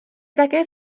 také